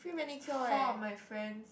four of my friends